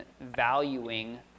valuing